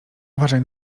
uważaj